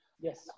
Yes